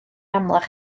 amlach